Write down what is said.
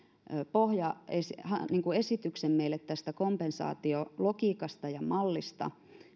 esityksen meille tästä kompensaatiologiikasta ja mallista